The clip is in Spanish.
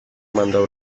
mandó